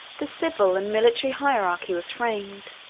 the civil and military hierarchy was framed.